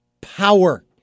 power